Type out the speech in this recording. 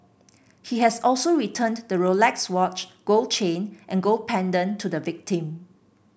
he has also returned the Rolex watch gold chain and gold pendant to the victim